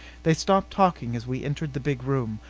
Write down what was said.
they stopped talking as we entered the big room.